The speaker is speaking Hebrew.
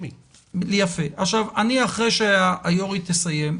אחרי שיושבת הראש תסיים,